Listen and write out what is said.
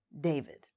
David